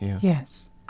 yes